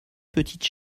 petites